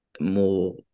more